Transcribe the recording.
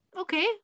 okay